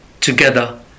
together